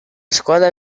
squadra